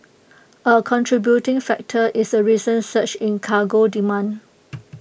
A contributing factor is A recent surge in cargo demand